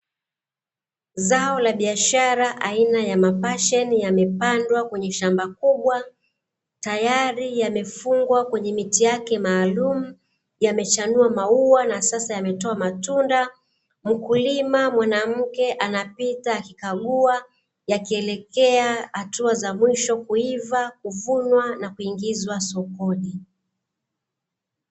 Zao la biashara aina ya mapasheni yamepandwa kwenye shamba kubwa, tayari yamefungwa kwenye miti yake maalumu, yamechanuwa maua na sasa yametoa matunda. Mkulima mwanamke anapita akikagua, yakielekea hatua za mwisho kuiva, kuvunwa, na kuingizwa sokoni.